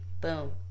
boom